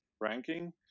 ranking